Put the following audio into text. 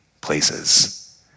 places